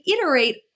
iterate